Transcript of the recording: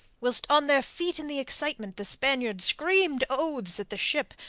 whilst on their feet in the excitement the spaniards screamed oaths at the ship,